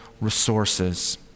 resources